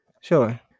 Sure